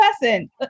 person